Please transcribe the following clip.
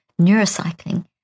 neurocycling